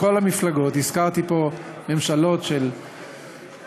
מכל המפלגות, הזכרתי פה ממשלה של ברק,